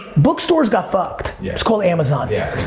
bookstores got fucked. yeah it's called amazon. yeah.